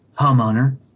homeowner